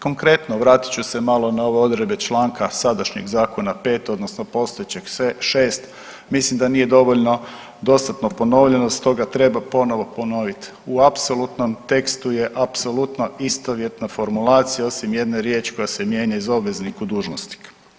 Konkretno vratit ću se malo na ove odredbe članka sadašnjeg Zakona 5. odnosno postojećeg 6., mislim da nije dovoljno dostatno ponovljeno stoga treba ponovo ponoviti u apsolutnom tekstu je apsolutna istovjetna formulacija osim jedne riječi koja se mijenja iz obveznik u dužnosnika.